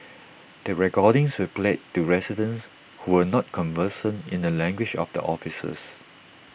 the recordings were played to residents who were not conversant in the language of the officers